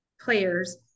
players